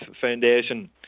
Foundation